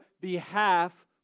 behalf